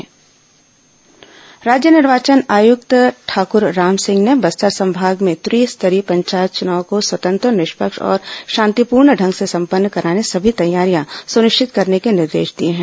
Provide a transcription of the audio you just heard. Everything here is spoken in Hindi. पंचायत चुनाव समीक्षा राज्य निर्वाचन आयुक्त ठाकुर रामसिंह ने बस्तर संभाग में त्रिस्तरीय पंचायत चुनाव को स्वतंत्र निष्पक्ष और शांतिपूर्ण ढंग से संपन्न कराने सभी तैयारियां सुनिश्चित करने के निर्देश दिए हैं